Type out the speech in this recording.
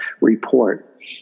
report